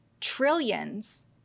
trillions